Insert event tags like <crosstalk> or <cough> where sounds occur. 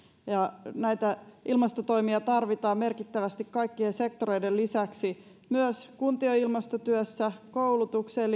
näitä ilmastotoimia tarvitaan merkittävästi kaikkien sektoreiden lisäksi myös kuntien ilmastotyössä koulutukseen <unintelligible>